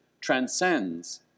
transcends